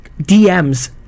DMs